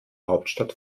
hauptstadt